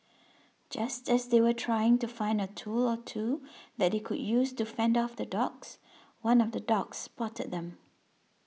just as they were trying to find a tool or two that they could use to fend off the dogs one of the dogs spotted them